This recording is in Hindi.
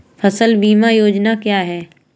फसल बीमा योजना क्या है?